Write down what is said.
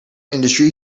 industry